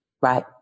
Right